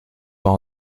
all